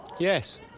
Yes